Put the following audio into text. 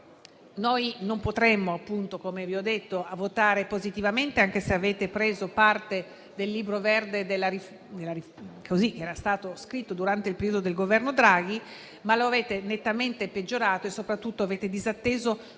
vi ho detto - votare positivamente, anche se avete preso parte del libro verde che era stato scritto durante il periodo del Governo Draghi, ma lo avete nettamente peggiorato e soprattutto avete disatteso ciò che